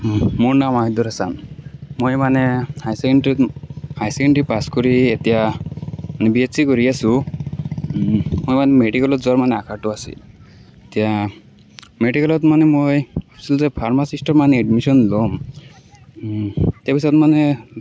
মোৰ নাম আহিদুৰ আচাম মই মানে হাই ছেকেণ্ডেৰীত হাই ছেকেণ্ডেৰী পাছ কৰি এতিয়া বি এচ চি পৰি আছোঁ মোৰ মানে মেডিকেলত যোৱাৰ মানে আশাটো আছে এতিয়া মেডিকেলত মই মানে ভাবিছিলোঁ যে ফাৰ্মাচিষ্টটো মানে এডমিচন লম তাৰপিছত মানে